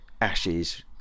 Ashes